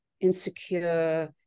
insecure